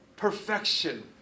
perfection